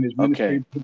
Okay